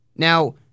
Now